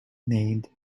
named